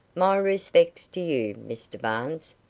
my respects to you, mr barnes.